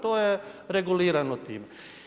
To je regularno time.